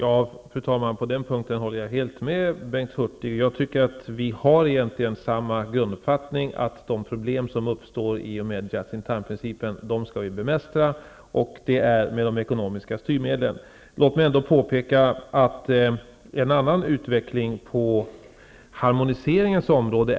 Fru talman! På den punkten håller jag helt med Bengt Hurtig. Han och jag har egentligen samma grunduppfattning, att de problem som uppstår i och med just-in-time-principen skall bemästras med ekonomiska styrmedel. Jag vill ändå påpeka att det pågår en annan utveckling på harmoniseringens område.